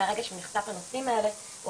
מהרגע שהוא נחשף לנושאים האלה הוא